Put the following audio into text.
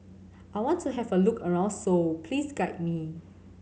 I want to have a look around Seoul please guide me